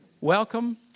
Welcome